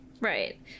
Right